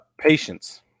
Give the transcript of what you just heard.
patience